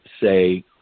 say